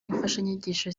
imfashanyigisho